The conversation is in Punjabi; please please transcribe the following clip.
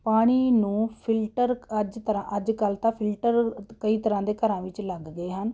ਪਾਣੀ ਨੂੰ ਫਿਲਟਰ ਅੱਜ ਤਰ੍ਹਾਂ ਅੱਜ ਕੱਲ੍ਹ ਤਾਂ ਫਿਲਟਰ ਕਈ ਤਰ੍ਹਾਂ ਦੇ ਘਰਾਂ ਵਿੱਚ ਲੱਗ ਗਏ ਹਨ